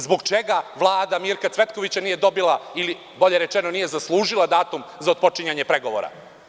Zbog čega Vlada Mirka Cvetkovića nije dobila, ili bolje rečeno nije zaslužila datum za otpočinjanje pregovora?